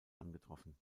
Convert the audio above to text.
angetroffen